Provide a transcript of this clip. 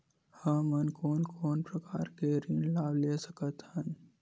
हमन कोन कोन प्रकार के ऋण लाभ ले सकत हन?